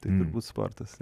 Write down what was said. tai turbūt sportas